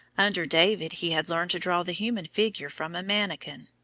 under david he had learned to draw the human figure from a manikin.